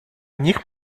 них